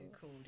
cool